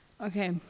Okay